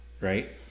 Right